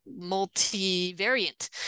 multivariant